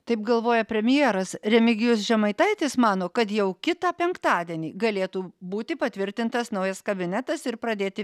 taip galvoja premjeras remigijus žemaitaitis mano kad jau kitą penktadienį galėtų būti patvirtintas naujas kabinetas ir pradėti